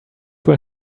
will